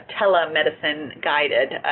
telemedicine-guided